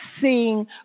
seeing